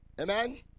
Amen